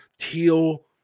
teal